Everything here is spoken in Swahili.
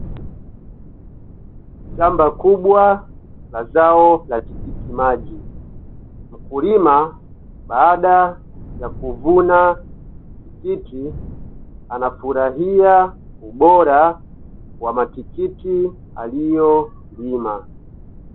Shamba kubwa la zao la tikitimaji, mkulima baada ya kuvuna tikiti anafurahia ubora wa matikiti aliyo lima.